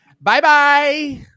bye-bye